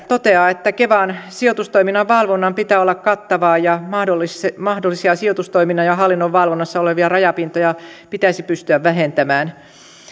toteaa että kevan sijoitustoiminnan valvonnan pitää olla kattavaa ja mahdollisia sijoitustoiminnan ja hallinnon valvonnassa olevia rajapintoja pitäisi pystyä vähentämään